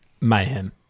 Mayhem